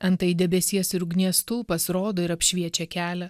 antai debesies ir ugnies stulpas rodo ir apšviečia kelią